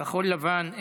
כחול לבן,